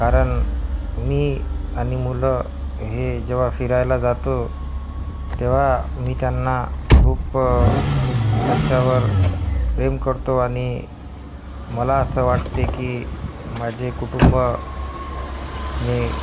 कारण मी आणि मुलं हे जेव्हा फिरायला जातो तेव्हा मी त्यांना खूप त्यांच्यावर प्रेम करतो आणि मला असं वाटते की माझे कुटुंबाने